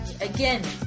Again